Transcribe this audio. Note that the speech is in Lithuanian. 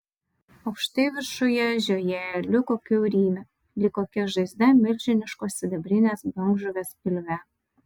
aukštai viršuje žiojėjo liuko kiaurymė lyg kokia žaizda milžiniškos sidabrinės bangžuvės pilve